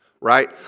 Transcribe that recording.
right